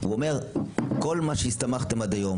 הוא אומר שכל מה שהסתמכתם עד היום,